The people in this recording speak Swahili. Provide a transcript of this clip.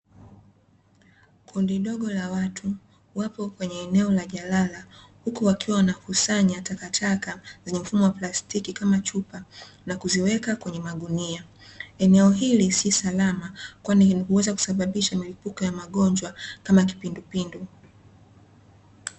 Kundi dogo la watu wapo kwenye eneo la jalala huku wakiwa wanakusanya takataka zenye mfumo wa plastiki kama chupa na kuziweka kwenye magunia eneo hili si salama kwani ni huweza kusababisha mlipuko ya magonjwa kama kipindupindu.